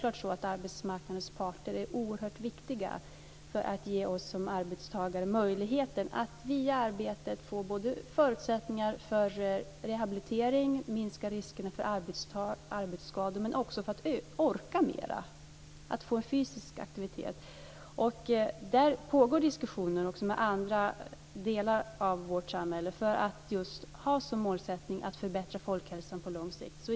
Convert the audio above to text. Arbetsmarknadens parter är självfallet oerhört viktiga för att ge oss som arbetstagare möjlighet att via arbetet få förutsättningar för rehabilitering och minskade risker för arbetsskador men också för att orka mera genom fysisk aktivitet. Där pågår diskussioner med andra delar av vårt samhälle för att just ha som målsättning att förbättra folkhälsan på lång sikt.